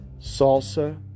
salsa